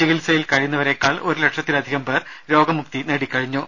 ചികിത്സയിൽ കഴിയുന്നവരേക്കാൾ ഒരു ലക്ഷത്തിലധികം പേർ രോഗമുക്തി നേടിക്കഴിഞ്ഞു